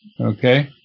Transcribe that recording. okay